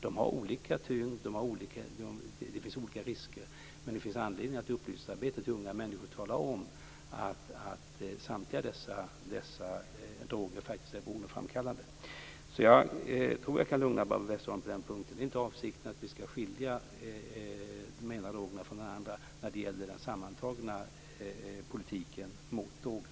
De har olika tyngd, och de är förenade med olika risker, men det finns anledning att i arbetet med att informera unga människor tala om att samtliga dessa droger faktiskt är beroendeframkallande. Jag tror alltså att jag kan lugna Barbro Westerholm på den här punkten. Det är inte avsikten att vi skall skilja den ena drogen från den andra när det gäller den sammantagna politiken mot droger.